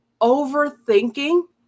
overthinking